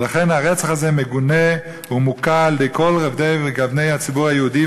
ולכן הרצח הזה מגונה ומוקע על-ידי כל רובדי וגוני הציבור היהודי,